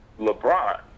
LeBron